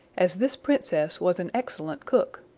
as this princess was an excellent cook.